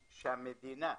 שהמדינה,